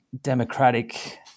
democratic